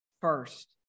first